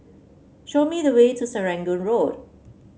show me the way to Serangoon Road